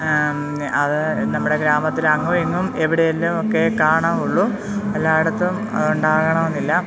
അത് നമ്മുടെ ഗ്രാമത്തില് അങ്ങുമിങ്ങും എവിടെയെങ്കിലുമൊക്കെയെ കാണുകയുള്ളൂ എല്ലായിടത്തും അതുണ്ടാകണമെന്നില്ല